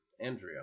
Andrea